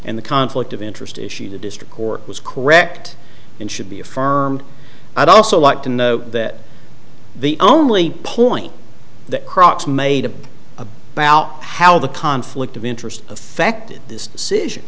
and the conflict of interest issue the district court was correct and should be affirmed i'd also like to know that the only point the crux made up of about how the conflict of interest affected this decision